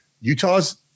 Utah's